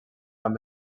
gran